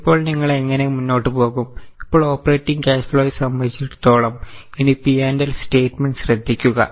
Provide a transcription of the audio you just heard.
ഇപ്പോൾ നിങ്ങൾ എങ്ങനെ മുന്നോട്ടുപോകും ഇപ്പോൾ ഓപ്പറേറ്റിംഗ് ക്യാഷ് ഫ്ലോയെ സംബന്ധിച്ചിടത്തോളം ഇനി P and L സ്റ്റേറ്റ്മെന്റ് ശ്രദ്ധിക്കുക